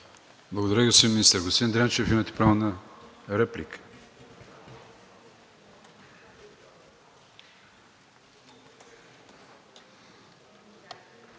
Благодаря, господин Министър. Господин Дренчев, имате право на реплика.